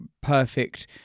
perfect